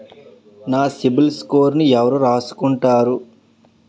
నా సిబిల్ స్కోరును ఎవరు రాసుకుంటారు